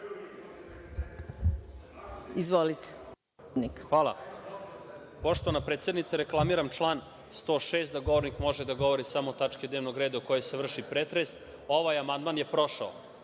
Milojičić** Hvala. Poštovana predsednice, reklamiram član 106, da govornik može da govori samo o tački dnevnog reda o kojoj se vrši pretres. Ovaj amandman je prošao,